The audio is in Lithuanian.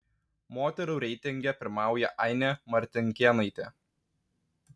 moterų reitinge pirmauja ainė martinkėnaitė